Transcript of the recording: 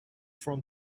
from